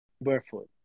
barefoot